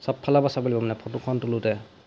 চব ফালৰ পা চাব লাগিব মানে ফটোখন তোলোতে